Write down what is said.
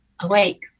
awake